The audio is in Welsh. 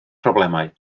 problemau